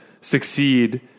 succeed